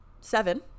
seven